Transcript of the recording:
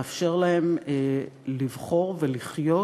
לאפשר להם לבחור ולחיות